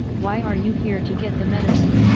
why are you here to get the medicine?